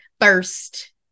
first